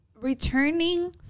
returning